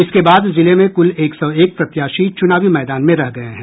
इसके बाद जिले में कुल एक सौ एक प्रत्याशी चुनावी मैदान में रह गये हैं